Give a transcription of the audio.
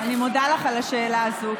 אני מודה לך על השאלה הזו,